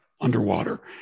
underwater